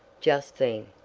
just then.